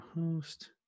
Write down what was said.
host